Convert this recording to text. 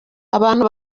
abantu